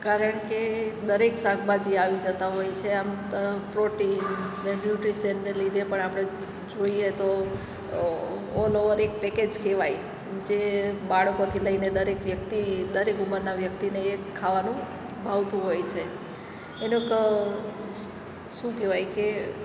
કારણ કે દરેક શાકભાજી આવી જતાં હોય છે આમ પ્રોટીન્સ ને ન્યૂટ્રિશિયન્સને લીધે પણ આપણે જોઈએ તો ઓલ ઓવર એક પેકેજ કહેવાય જે બાળકોથી લઈને દરેક વ્યક્તિ દરેક ઉંમરનાં વ્યક્તિને એ ખાવાનું ભાવતું હોય છે એનો શું કહેવાય કે